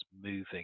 moving